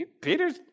Peter's